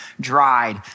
dried